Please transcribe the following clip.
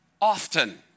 often